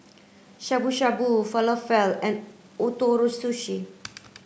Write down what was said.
Shabu Shabu Falafel and Ootoro Sushi